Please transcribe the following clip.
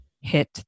hit